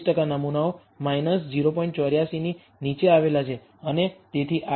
84ની નીચે આવેલા છે અને તેથી આગળ